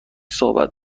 صحبت